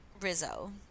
Rizzo